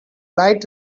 light